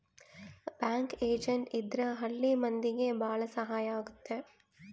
bank agent ಇದ್ರ ಹಳ್ಳಿ ಮಂದಿಗೆ ಭಾಳ ಸಹಾಯ ಆಗುತ್ತೆ